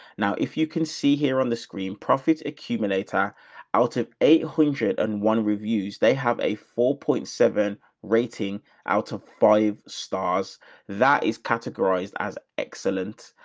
now, if you can see here on the screen profits accumulator out of eight hundred and one reviews, they have a. four point seven rating out of five stars that is categorized as excellent.